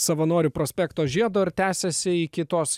savanorių prospekto žiedo ir tęsiasi iki tos